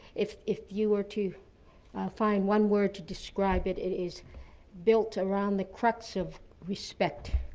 if if you were to find one word to describe it, it is built around the crux of respect.